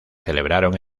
celebraron